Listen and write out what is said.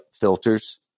filters